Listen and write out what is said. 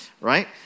right